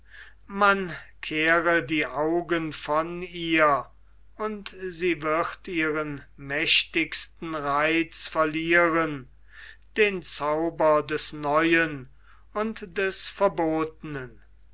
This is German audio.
man kehre die augen von ihr und sie wird ihren mächtigsten reiz verlieren den zauber des neuen und des verbotenen